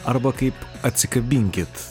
arba kaip atsikabinkit